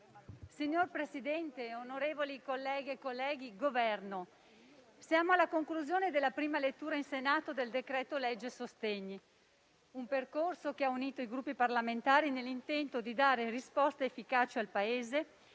Signor Presidente, onorevoli colleghe e colleghi, rappresentanti del Governo, siamo alla conclusione della prima lettura in Senato del decreto-legge sostegni; un percorso che ha unito i Gruppi parlamentari nell'intento di dare risposte efficaci al Paese,